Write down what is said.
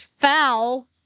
foul